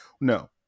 No